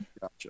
Gotcha